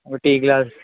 ఒక tea glass